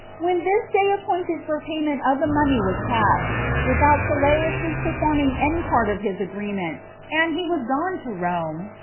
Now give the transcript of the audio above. when this day appointed for payment of the money was past, without sylleus's performing any part of his agreement, and he was gone to rome,